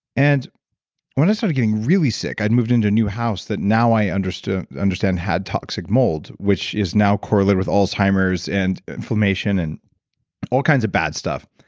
and when i started getting really sick, i'd moved into a new house that now i understand understand had toxic mold, which is now correlated with alzheimer's and inflammation and all kinds of bad stuff.